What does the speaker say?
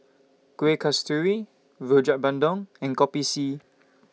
Kuih Kasturi Rojak Bandung and Kopi C